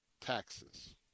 taxes